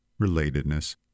relatedness